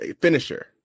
finisher